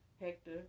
Hector